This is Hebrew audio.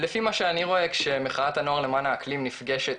לפי מה שאני רואה כשמחאת הנוער למען האקלים נפגשת,